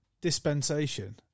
Dispensation